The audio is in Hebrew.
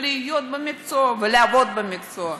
ולהיות במקצוע ולעבוד במקצוע.